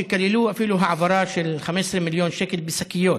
שכללו אפילו העברה של 15 מיליון שקל בשקיות,